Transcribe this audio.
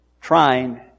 trying